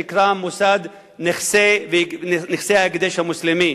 שנקרא מוסד נכסי ההקדש המוסלמי.